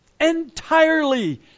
Entirely